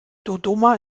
dodoma